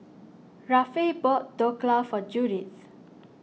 Rafe bought Dhokla for Judith